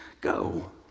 go